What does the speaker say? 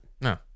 No